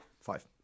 five